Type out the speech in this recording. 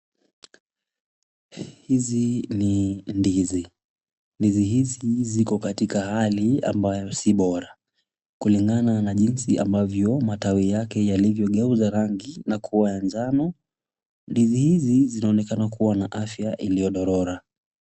Hizi ni ndizi, ndizi hizi ziko katika hali ambayo si bora, kulingana na jinsi ambavyo matawi yake yalivyo geuza rangi na kuwa ya njano, ndizi hizi zaonekana kuwa na afya iliyo dorora.